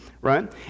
right